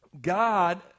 God